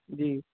جی